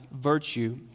virtue